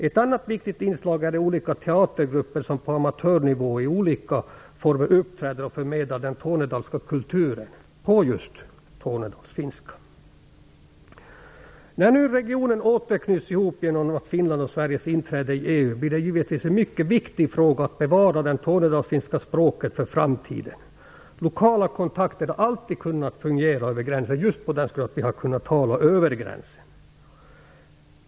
Ett annat viktigt inslag är de olika teatergrupper som på amatörnivå i olika former uppträder och förmedlar den tornedalska kulturen på just När nu regionen åter knyts ihop genom Finlands och Sveriges inträde i EU blir givetvis en mycket viktig fråga att bevara det tornedalsfinska språket för framtiden. Lokala kontakter har alltid kunnat fungera över gränsen just på grund av att vi har kunnat tala över gränsen.